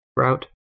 route